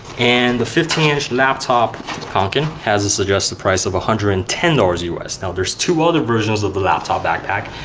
and the fifteen inch laptop kanken has a suggested price of one hundred and ten dollars us. now, there's two other versions of the laptop backpack.